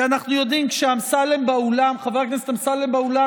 כי אנחנו יודעים שכשחבר הכנסת אמסלם באולם,